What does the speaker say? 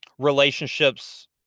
relationships